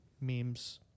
memes